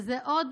זה עוד